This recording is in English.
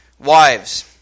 Wives